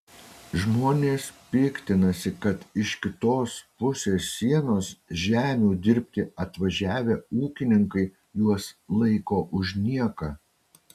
žmonės piktinasi kad iš kitos pusės sienos žemių dirbti atvažiavę ūkininkai juos laiko už nieką